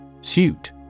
Suit